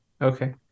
Okay